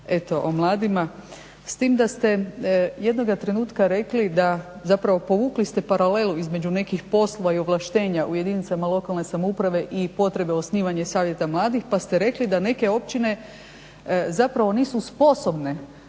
o mladima s tim da ste jednoga trenutka rekli zapravo povukli ste paralelu između nekih poslova i ovlaštenja u jedinicama lokalne samouprave i potrebe osnivanja savjeta mladih pa ste rekli da neke općine nisu sposobne